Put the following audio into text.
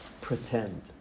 Pretend